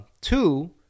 Two